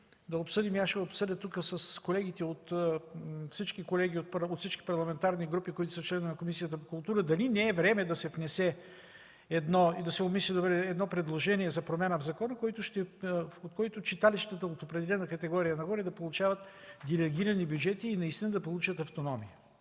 да обсъдим въпроса. Аз ще обсъдя с колегите от всички парламентарни групи, които са членове на Комисията по култура, дали не е време да се обмисли предложение за промяна в закона, та читалищата от определена категория нагоре да получават делегирани бюджети и наистина да получат автономия.